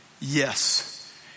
Yes